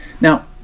now